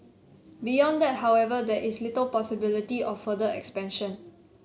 beyond that however there is little possibility of further expansion